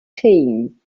team